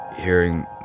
hearing